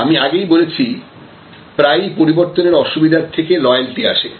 আমি আগেও বলেছি প্রায়ই পরিবর্তনের অসুবিধা থেকে লয়ালটি আসে